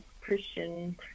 Christian